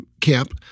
camp